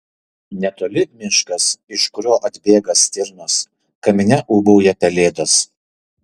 netoli miškas iš kurio atbėga stirnos kamine ūbauja pelėdos